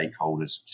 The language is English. stakeholders